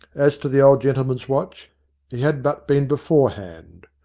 as to the old gentleman's watch, he had but been beforehand.